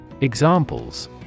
Examples